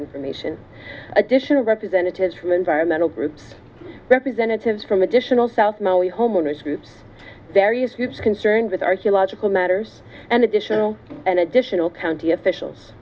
information additional representatives from environmental groups representatives from additional south maui homeowners groups various groups concerned with archaeological matters and additional and additional county officials